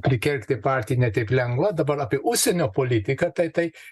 prikenkti partijai ne taip lengva dabar apie užsienio politiką tai tai